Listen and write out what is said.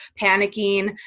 panicking